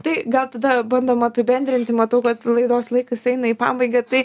tai gal tada bandom apibendrinti matau kad laidos laikas eina į pabaigą tai